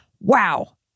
wow